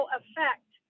effect